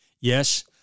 Yes